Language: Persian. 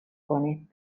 کنید